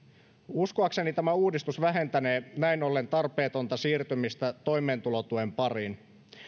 uskoakseni tämä uudistus vähentänee näin ollen tarpeetonta siirtymistä toimeentulotuen pariin